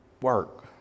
work